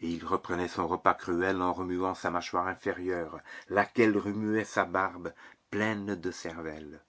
et il reprenait son repas cruel en remuant sa mâchoire inférieure laquelle remuait sa barbe pleine de cervelle